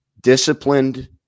disciplined